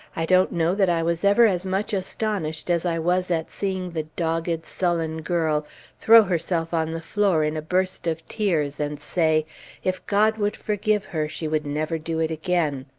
i don't know that i was ever as much astonished as i was at seeing the dogged, sullen girl throw herself on the floor in a burst of tears, and say if god would forgive her she would never do it again.